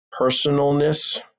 personalness